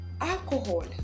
alcohol